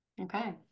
Okay